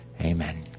amen